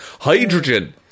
Hydrogen